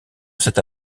cette